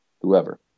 Whoever